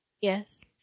Yes